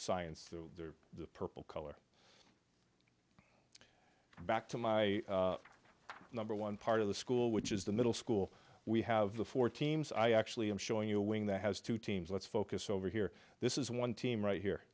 science the purple color back to my number one part of the school which is the middle school we have the four teams i actually i'm showing you a wing that has two teams let's focus over here this is one team right here